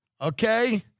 Okay